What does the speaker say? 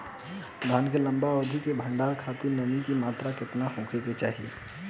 धान के लंबा अवधि क भंडारण खातिर नमी क मात्रा केतना होके के चाही?